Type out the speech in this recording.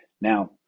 Now